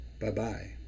bye-bye